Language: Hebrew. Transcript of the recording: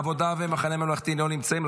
העבודה והמחנה הממלכתי לא נמצאים.